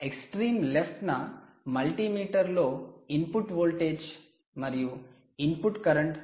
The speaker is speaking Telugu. ఎక్స్ట్రీమ్ లెఫ్ట్ న మల్టీమీటర్లో ఇన్పుట్ వోల్టేజ్ మరియు ఇన్పుట్ కరెంట్ కూడా ఉంది